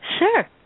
Sure